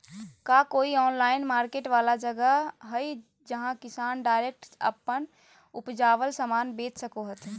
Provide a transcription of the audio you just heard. का कोई online market वाला जगह हइ जहां किसान डायरेक्ट अप्पन उपजावल समान बेच सको हथीन?